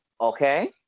Okay